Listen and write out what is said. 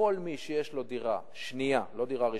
כל מי שיש לו דירה שנייה, לא דירה ראשונה,